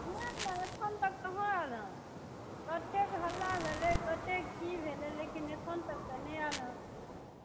नहि नहि एखन तक कहाँ आयल हँ कतेक हल्ला भेलै कतेक की भेलै लेकिन एखन तक तऽ नहि आयल हँ